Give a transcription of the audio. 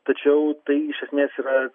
tačiau tai iš esmės yra